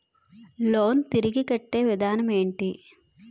Loan తిరిగి కట్టే విధానం ఎంటి?